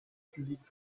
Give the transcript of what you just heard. public